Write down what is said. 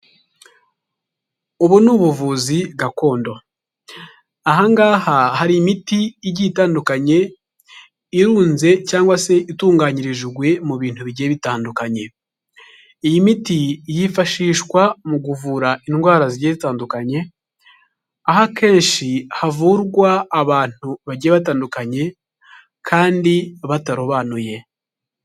Ubu ni ubuvuzi gakondo, aha ngaha hari imiti igiye itandukanye, irunze cyangwa se itunganyirijwe mu bintu bigiye bitandukanye, iyi miti yifashishwa mu kuvura indwara zigiye zitandukanye, aho akenshi havurwa abantu bagiye batandukanye kandi batarobanuye.